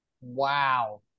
Wow